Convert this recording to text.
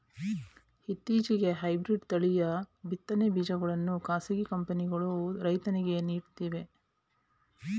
ಇತ್ತೀಚೆಗೆ ಹೈಬ್ರಿಡ್ ತಳಿಯ ಬಿತ್ತನೆ ಬೀಜಗಳನ್ನು ಖಾಸಗಿ ಕಂಪನಿಗಳು ರೈತರಿಗೆ ನೀಡುತ್ತಿವೆ